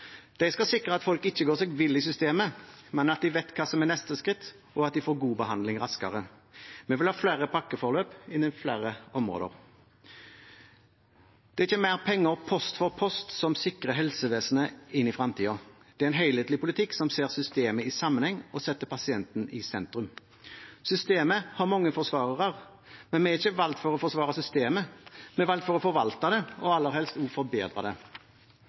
De skal sikre at folk ikke går seg vill i systemet, men at de vet hva som er neste skritt, og at de får god behandling raskere. Vi vil ha flere pakkeforløp innen flere områder. Det er ikke mer penger post for post som sikrer helsevesenet inn i fremtiden, det er en helhetlig politikk som ser systemet i sammenheng og setter pasienten i sentrum. Systemet har mange forsvarere, men vi er ikke valgt for å forsvare systemet, vi er valgt for å forvalte det og aller helst også forbedre det.